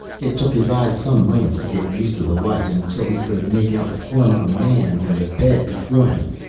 it took his eyes some moments to get used to the light, until he could make out the form of a man on the bed before him.